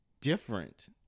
different